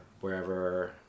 wherever